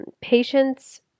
patients